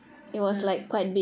mm